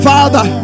Father